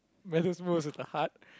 values most with the heart